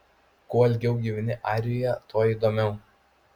kuo ilgiau gyveni airijoje tuo įdomiau